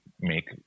make